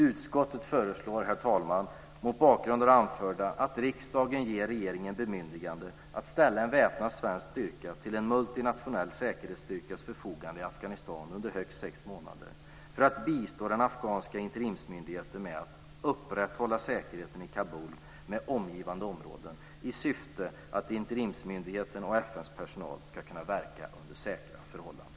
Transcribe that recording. Utskottet föreslår, herr talman, mot bakgrund av det anförda att riksdagen ger regeringen bemyndigande att ställa en väpnad svensk styrka till en multinationell säkerhetsstyrkas förfogande i Afghanistan under högst sex månader för att bistå den afghanska interimsmyndigheten med att upprätthålla säkerheten i Kabul med omgivande områden i syfte att interimsmyndigheten och FN:s personal ska kunna verka under säkra förhållanden.